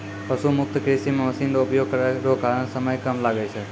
पशु मुक्त कृषि मे मशीन रो उपयोग करै रो कारण समय कम लागै छै